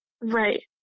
Right